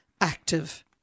active